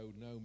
no